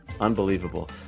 Unbelievable